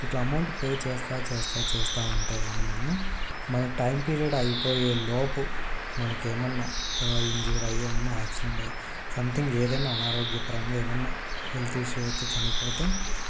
ఇట్లా amount pay చేస్తూ చేస్తూ చేస్తూ ఉంటే కానీ మనము మన టైం పీరియడ్ అయిపోయే లోపు మనకేమన్నా ఇంజూరీ అయ్యి ఏమన్నా యాక్సిడెంట్ అయ్యి సమ్థింగ్ ఏదైనా అనారోగ్య పరంగా ఏమన్నా హెల్త్ ఇష్యూ వచ్చి చనిపోతే